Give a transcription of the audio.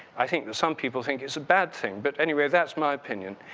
i think that some people think it's a bad thing but anyway, that's my opinion.